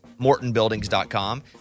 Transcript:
mortonbuildings.com